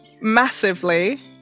massively